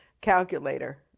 calculator